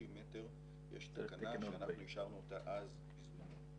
מטר יש תקנה שאנחנו אישרנו אותה אז בזמנו.